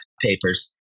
papers